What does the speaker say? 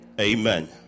Amen